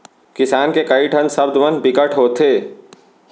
किसान के कइ ठन सब्द मन बिकट होथे